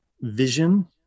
vision